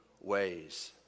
ways